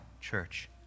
church